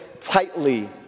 tightly